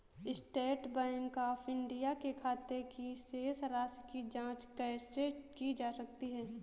State Bank of India के खाते की शेष राशि की जॉंच कैसे की जा सकती है?